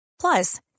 Plus